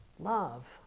Love